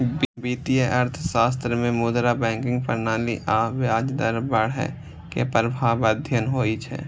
वित्तीय अर्थशास्त्र मे मुद्रा, बैंकिंग प्रणाली आ ब्याज दर बढ़ै के प्रभाव अध्ययन होइ छै